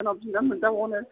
सोरनाव बिना मोनजाबावनो